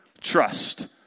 trust